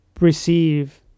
receive